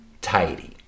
tidy